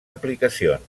aplicacions